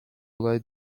olay